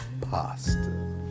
pasta